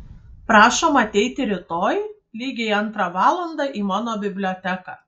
prašom ateiti rytoj lygiai antrą valandą į mano biblioteką